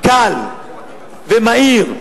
קל ומהיר,